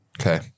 Okay